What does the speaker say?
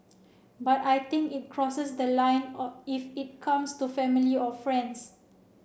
but I think it crosses the line or it comes to family or friends